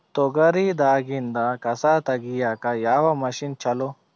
ತೊಗರಿ ದಾಗಿಂದ ಕಸಾ ತಗಿಯಕ ಯಾವ ಮಷಿನ್ ಚಲೋ?